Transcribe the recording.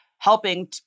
helping